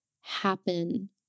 happen